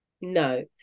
no